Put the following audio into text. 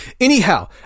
Anyhow